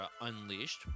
Unleashed